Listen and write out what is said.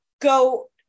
go